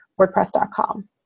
WordPress.com